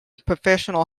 professional